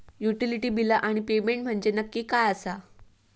Utility बिला आणि payment म्हंजे नक्की काय आसा?